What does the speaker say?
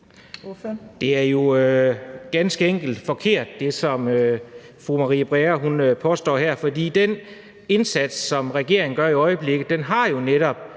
Det er jo ganske enkelt forkert, det, som fru Marie Bjerre påstår her, fordi den indsats, som regeringen gør i øjeblikket, jo netop